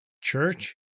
Church